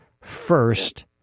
First